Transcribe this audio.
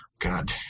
God